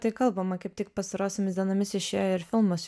tai kalbama kaip tik pastarosiomis dienomis išėjo ir filmas